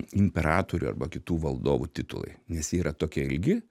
imperatorių arba kitų valdovų titulai nes jie yra tokie ilgi